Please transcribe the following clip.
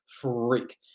freak